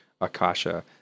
Akasha